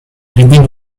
reading